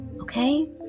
Okay